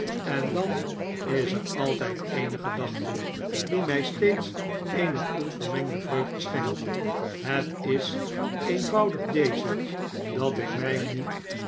en dan is er altijd eene gedachte die mij steeds eene onvermengde vreugde schenkt het is eenvoudig deze dat ik mij niet